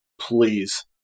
please